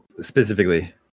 specifically